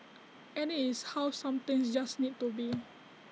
and IT is how some things just need to be